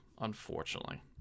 unfortunately